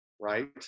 Right